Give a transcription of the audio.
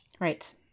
right